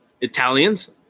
Italians